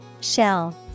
Shell